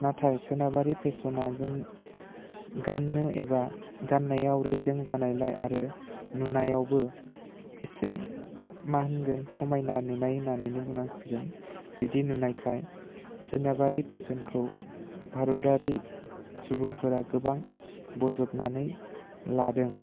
नाथाय सोनाबारि फेशना जों गाननो एबा गाननायाव रेजें जानायलाय आरो नुनायावबो एसे मा होनगोन समायना नुनाय होननानैनो बुंनांसिगोन बिदि नुनायखाय सोरनाबारि फेशनखौ भारतारि सुबुंफोरा गोबां बजबनानै लादों